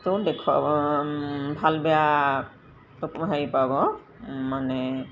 টো দেখুৱাব ভাল বেয়া হেৰি পাব মানে